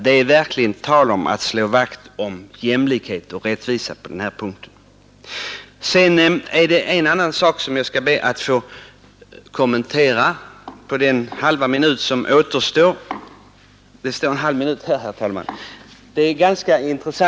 Det är verkligen tal om att slå vakt om jämlikhet och rättvisa.